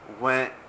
went